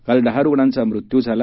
काल दहा रुग्णांचा मृत्यू झाला